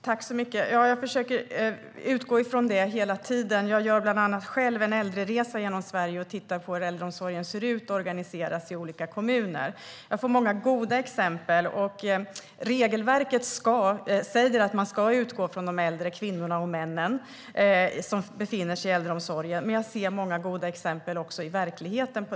Herr talman! Jag utgår från den frågan hela tiden. Jag gör själv en äldreresa genom Sverige och tittar på hur äldreomsorgen ser ut och organiseras i olika kommuner. Jag får se många goda exempel. Regelverket säger att man ska utgå från de äldre kvinnorna och männen som befinner sig i äldreomsorgen. Jag ser också många goda exempel på det i verkligheten.